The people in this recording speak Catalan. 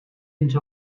ens